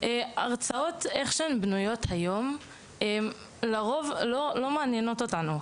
מבנה ההרצאות היום לרוב לא מספיק מעניין את הנוער.